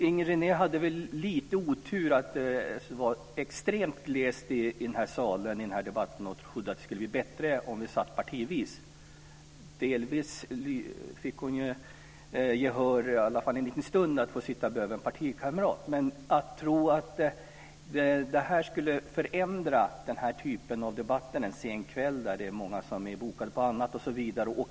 Inger René hade väl lite otur. Det var extremt glest här i salen under den här debatten. Hon trodde att det skulle bli bättre om vi satt partivis. Delvis fick hon gehör för det. Hon fick sitta bredvid en partikamrat en liten stund. Men jag tror inte att sådana enkla drag skulle förändra den här typen av debatt en sen kväll när många är bokade på annat osv.